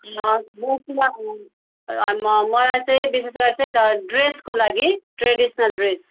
मलाई चाहिँ विशेष गरेर त्यही त ड्रेसको लागि ट्रेडिस्नल ड्रेस